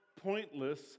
pointless